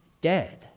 dead